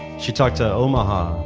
she talked to omaha,